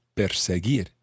perseguir